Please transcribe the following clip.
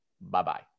bye-bye